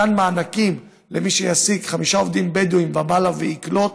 מתן מענקים למי שיעסיק חמישה עובדים בדואים ומעלה ויקלוט.